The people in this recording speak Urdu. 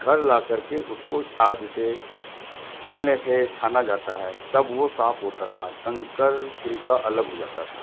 گھر لا کر کے اس کو چھاج سے چھلنے سے چھانا جاتا ہے تب وہ صاف ہوتا تھا کنکر چھلکا الگ ہو جاتا تھا